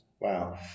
Wow